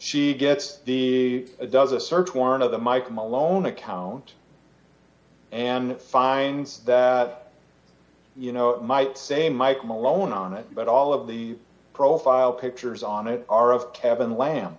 gets does a search warrant of the mike malone account and finds that you know might say mike malone on it but all of the profile pictures on it are of kevin lamb